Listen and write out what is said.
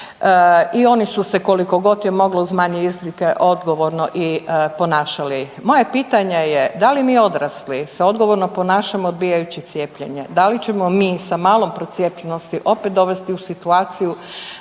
I oni su se koliko god je moglo uz manje izlike odgovorno i ponašali. Moje je pitanje je da li mi odrasli se odgovorno ponašamo odbijajući cijepljenje? Da li ćemo mi sa malom procijepljenosti opet dovesti u situaciju